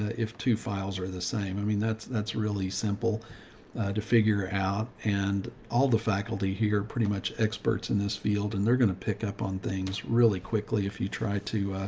ah if two files are the same, i mean, that's, that's really simple to figure out and all the faculty here pretty much experts in this field, and they're gonna pick up on things really quickly if you try to,